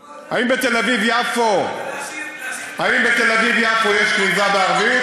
כלומר, האם בתל-אביב יפו יש כריזה בערבית?